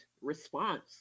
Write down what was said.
response